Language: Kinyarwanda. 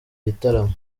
gitaramo